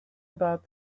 about